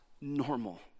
normal